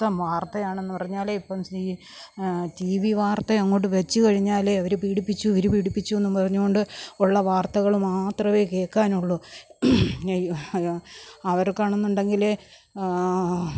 മൊത്തം വർത്തയാണെന്ന് പറഞ്ഞാൽ ഇപ്പം റ്റി വി വാർത്ത അങ്ങോട്ട് വെച്ചുകഴിഞ്ഞാൽ അവർ പീഡിപ്പിച്ചു ഇവർ പീഡിപ്പിച്ചു എന്നും പറഞ്ഞുകൊണ്ട് ഉള്ള വാർത്തകൾ മാത്രമേ കേൾക്കാനുള്ളൂ അവർക്കാണ് എന്നുണ്ടെങ്കിൽ